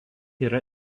yra